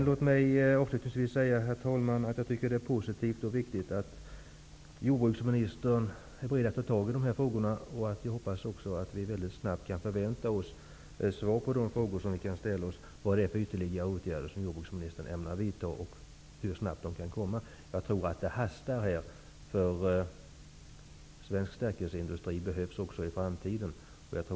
Låt mig också slutligen få säga, herr talman, att det är positivt och riktigt att jordbruksministern är beredd att ta itu med de här frågorna och att jag också hoppas att vi snabbt kan förvänta oss svar på frågorna om vad det är för ytterligare åtgärder som jordbruksministern ämnar vidta och hur snabbt det kan ske. Jag tror att det hastar, därför att svensk stärkelseindustri behövs också i framtiden.